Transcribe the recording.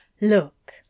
Look